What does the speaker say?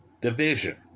division